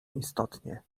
istotnie